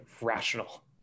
rational